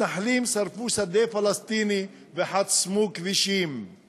מתנחלים שרפו שדה פלסטיני וחסמו כבישים";